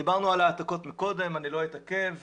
דיברנו קודם על העתקות ואני לא אתעכב.